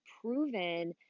proven